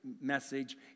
message